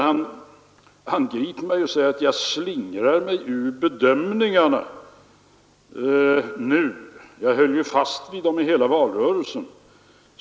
Han angriper mig och säger att jag slingrar mig ur bedömningarna nu, men höll fast vid dem hela valrörelsen.